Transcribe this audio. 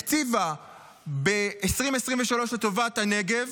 הקציבה ב-2023 לטובת הנגב?